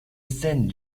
scène